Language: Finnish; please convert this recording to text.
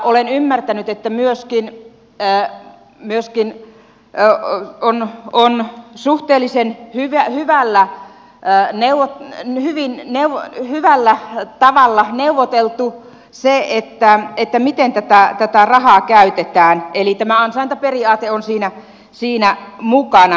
olen ymmärtänyt että myöskin on suhteellisen hyvä täällä näin ne ovat hyvin harvoin hyvällä tavalla neuvoteltu se miten tätä rahaa käytetään eli tämä ansaintaperiaate on siinä mukana